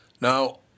Now